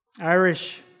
Irish